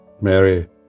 Mary